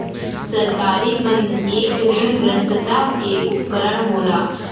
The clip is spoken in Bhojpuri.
सरकारी बन्ध एक ऋणग्रस्तता के उपकरण होला